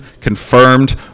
confirmed